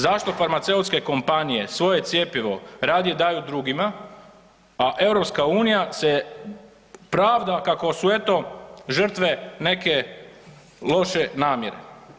Zašto farmaceutske kompanije svoje cjepivo radije daju drugima, a EU se pravda kako su eto žrtve neke loše namjere?